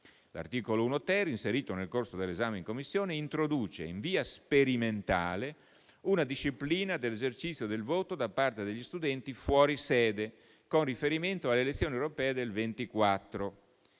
L'articolo 1-*ter,* inserito nel corso dell'esame in Commissione, introduce in via sperimentale una disciplina di esercizio del voto da parte degli studenti fuori sede, con riferimento alle elezioni europee del 2024.